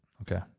Okay